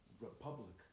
Republic